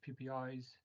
PPIs